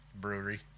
brewery